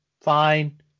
fine